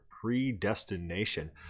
predestination